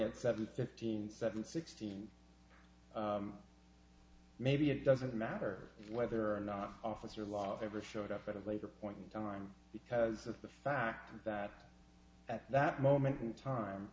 at seven fifteen seven sixteen maybe it doesn't matter whether or not officer lot ever showed up at a later point in time because of the fact that at that moment in time